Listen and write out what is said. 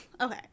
okay